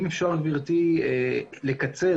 אם אפשר, גברתי, לקצר.